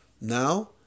Now